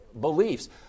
beliefs